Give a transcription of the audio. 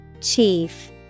Chief